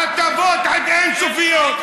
הטבות אין-סופיות.